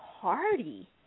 party